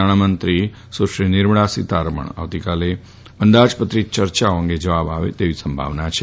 નાણામંત્રી નિર્મળા સીતારમણ આવતીકાલે અંદાજપત્રીત યર્યાઓ અંગે જવાબ આપે તેવી સંભાવના છે